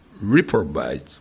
reprobate